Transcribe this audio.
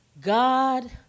God